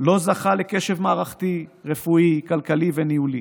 לא זכה לקשב מערכתי, רפואי, כלכלי וניהולי,